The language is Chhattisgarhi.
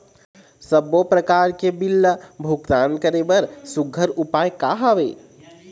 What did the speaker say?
सबों प्रकार के बिल ला भुगतान करे बर सुघ्घर उपाय का हा वे?